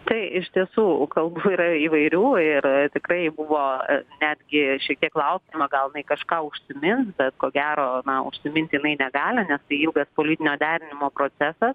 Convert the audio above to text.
tai iš tiesų kalbų yra įvairių ir tikrai buvo netgi šiek tiek laukiama gal inai kažką užsimins ko gero na užsiminti inai negali nes tai ilgas politinio derinimo procesas